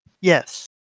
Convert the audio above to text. Yes